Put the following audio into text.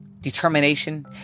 determination